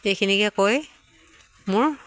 এইখিনিকে কৈ মোৰ